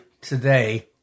today